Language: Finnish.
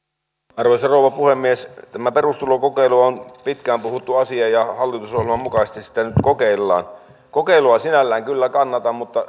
arvoisa rouva puhemies tämä perustulokokeilu on pitkään puhuttu asia ja hallitusohjelman mukaisesti sitä nyt kokeillaan kokeilua sinällään kyllä kannatan mutta